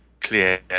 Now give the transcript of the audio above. clear